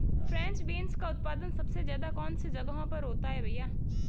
French beans का उत्पादन सबसे ज़्यादा कौन से जगहों पर होता है भैया?